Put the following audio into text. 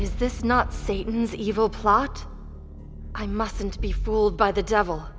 is this not fate is evil plot i mustn't be fooled by the devil